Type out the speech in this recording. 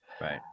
Right